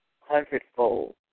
hundredfold